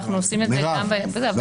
ואנחנו עושים את זה גם --- מרב,